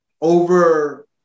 over